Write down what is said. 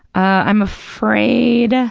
i'm afraid